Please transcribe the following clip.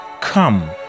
come